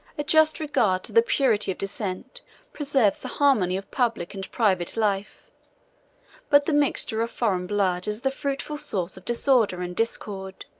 a just regard to the purity of descent preserves the harmony of public and private life but the mixture of foreign blood is the fruitful source of disorder and discord.